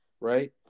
right